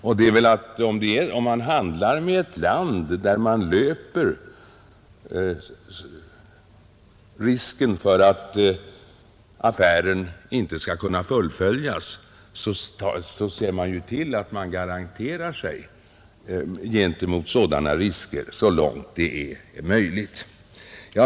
Om man handlar med ett land, där man löper risken att affären inte skall kunna fullföljas, ser man ju till att man garderar sig gentemot sådana risker så långt det är möjligt.